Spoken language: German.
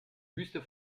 wüste